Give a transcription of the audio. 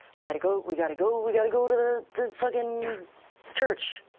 we got to go, we got to go, we got to go to the the fucking yeah ah church.